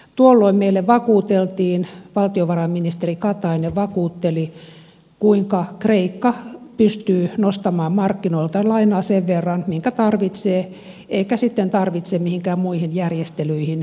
tuolloin meille vakuuteltiin valtiovarainministeri katainen vakuutteli kuinka kreikka pystyy nostamaan markkinoilta lainaa sen verran minkä tarvitsee eikä sitten tarvitse mihinkään muihin järjestelyihin ryhtyä